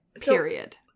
Period